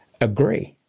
agree